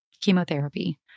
chemotherapy